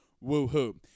Woo-hoo